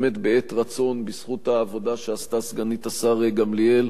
באמת בעת רצון בזכות העבודה שעשתה סגנית השר גמליאל,